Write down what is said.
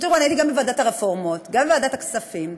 הייתי גם בוועדת הרפורמות, גם בוועדת הכספים,